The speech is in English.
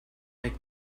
make